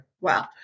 Wow